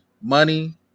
Money